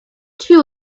too